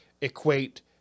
equate